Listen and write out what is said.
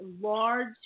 large